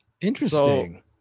Interesting